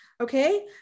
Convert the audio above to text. Okay